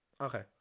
Okay